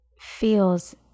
feels